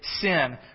sin